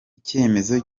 icyemezo